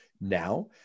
now